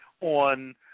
on